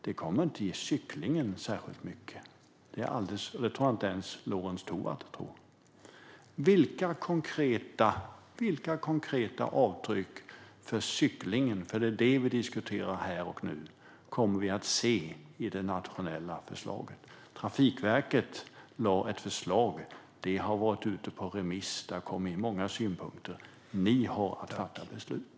Det kommer inte att ge cyklingen särskilt mycket; det tror jag att inte ens Lorentz Tovatt tror. Vilka konkreta avtryck för cyklingen - för det är det vi diskuterar här och nu - kommer vi att se i det nationella förslaget? Trafikverket lade fram ett förslag. Det har varit ute på remiss, och det har kommit många synpunkter. Ni har att fatta beslut.